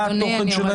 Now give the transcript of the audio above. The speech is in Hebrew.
מה התוכן שלהם?